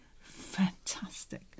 fantastic